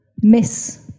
Miss